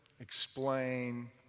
explain